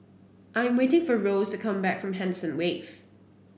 I am waiting for Rose to come back from Henderson Wave